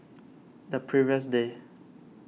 the previous day